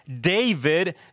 David